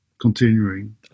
continuing